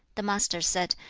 the master said,